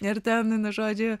ir ten vienu žodžiu